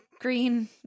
Green